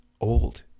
old